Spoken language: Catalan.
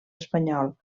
espanyol